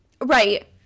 right